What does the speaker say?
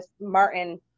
Martin